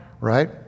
right